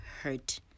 hurt